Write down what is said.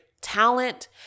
talent